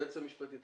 היועץ המשפטי.